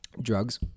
Drugs